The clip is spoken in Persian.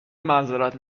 معذرت